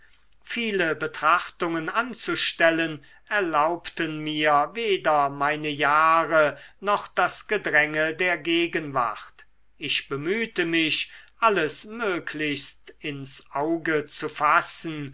viele betrachtungen anzustellen erlaubten mir weder meine jahre noch das gedräng der gegenwart ich bemühte mich alles möglichst ins auge zu fassen